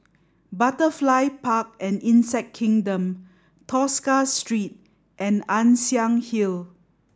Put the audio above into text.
Butterfly Park and Insect Kingdom Tosca Street and Ann Siang Hill